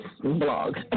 blog